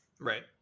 Right